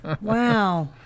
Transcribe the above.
Wow